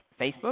Facebook